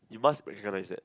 you must recognise that